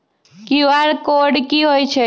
QR code कि हई छई?